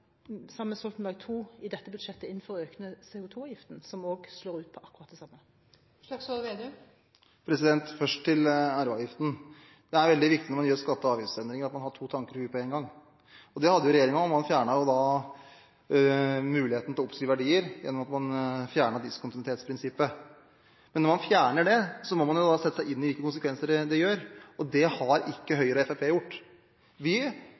sammen med Stoltenberg II, i dette budsjettet inn for å øke CO2-avgiften, som også slår ut på akkurat det samme? Først til arveavgiften: Det er veldig viktig når man gjør skatte- og avgiftsendringer, at man har to tanker i hodet på én gang. Det hadde regjeringen, og man fjernet muligheten til å oppskrive verdier gjennom at man fjernet diskontinuitetsprinsippet. Men når man fjerner det, må man jo sette seg inn i hvilke konsekvenser det får. Det har ikke Høyre og Fremskrittspartiet gjort. Vi